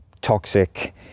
toxic